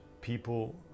People